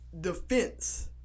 defense